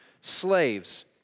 Slaves